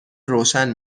روشن